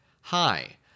hi